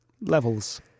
Levels